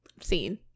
seen